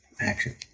action